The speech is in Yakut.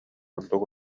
курдук